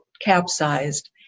capsized